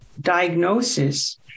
diagnosis